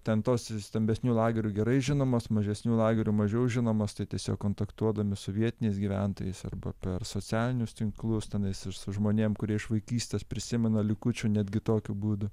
ten tos stambesnių lagerių gerai žinomos mažesnių lagerių mažiau žinomos tai tiesiog kontaktuodami su vietiniais gyventojais arba per socialinius tinklus tenais ir su žmonėm kurie iš vaikystės prisimena likučių netgi tokiu būdu